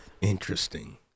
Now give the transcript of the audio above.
interesting